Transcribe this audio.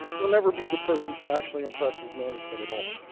you'll never be the person who actually impresses management at all,